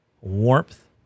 warmth